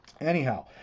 Anyhow